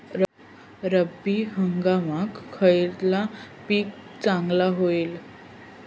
रब्बी हंगामाक खयला पीक चांगला होईत?